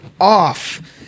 off